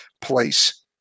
place